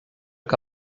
que